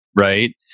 Right